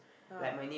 ya